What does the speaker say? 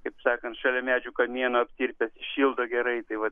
kaip sakant šalia medžių kamienų aptirpęs šildo gerai tai va